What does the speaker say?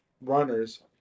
runners